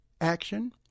action